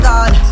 God